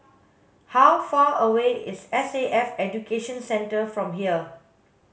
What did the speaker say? how far away is S A F Education Centre from here